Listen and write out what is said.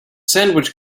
sandwich